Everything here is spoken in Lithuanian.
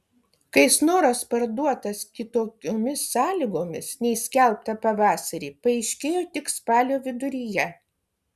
kad snoras parduotas kitokiomis sąlygomis nei skelbta pavasarį paaiškėjo tik spalio viduryje